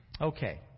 Okay